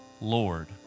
Lord